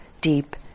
deep